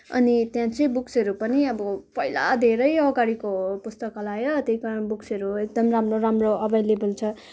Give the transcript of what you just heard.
अनि त्यहाँ चाहिँ बुक्सहरू पनि अब पहिला धेरै अगाडिको हो पुस्तकालय त्यही कारण बुक्सहरू एकदम राम्रो राम्रो अभाइलेबल छ